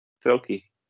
silky